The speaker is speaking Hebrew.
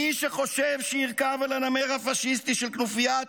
מי שחושב שירכב על הנמר הפשיסטי של כנופיית